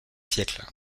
siècles